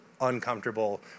uncomfortable